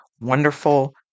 Wonderful